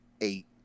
eight